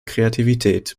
kreativität